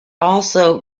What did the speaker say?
also